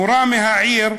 מורה מהעיר,